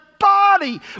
body